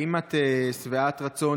האם את שבעת רצון